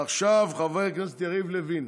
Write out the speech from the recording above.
עכשיו חבר הכנסת יריב לוין.